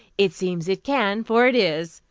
it seems it can for it is,